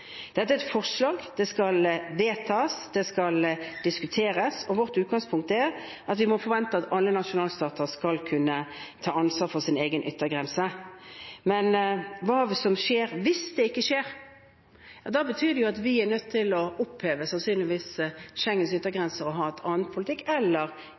Dette er et forslag. Det skal vedtas, det skal diskuteres, og vårt utgangspunkt er at vi må forvente at alle nasjonalstater skal kunne ta ansvar for egen yttergrense. Men hva skjer hvis det ikke skjer? Da er vi sannsynligvis nødt til å oppheve Schengens yttergrense og ha en annen politikk, eller